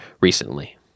recently